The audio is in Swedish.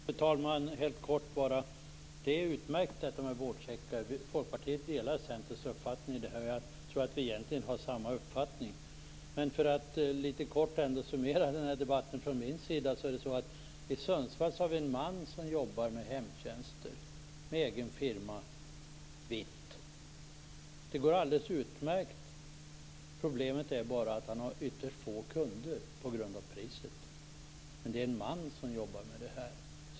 Fru talman! Detta med vårdcheckar är utmärkt. Vi i Folkpartiet delar alltså Centerns uppfattning där - ja, egentligen har vi nog samma uppfattning. Jag skall helt kort summera debatten från min sida. I Sundsvall finns det en man som har egen firma och som jobbar vitt med hemtjänster. Det går alldeles utmärkt. Problemet är bara att han på grund av priset har ytterst få kunder. Det är, som sagt, en man som jobbar med det här.